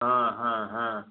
हा हा हा